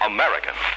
American